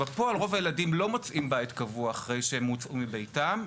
בפועל רוב הילדים לא מוצאים בית קבוע אחרי שהם הוצאו מביתם,